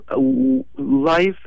life